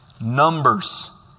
Numbers